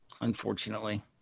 Unfortunately